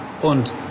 und